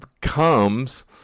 comes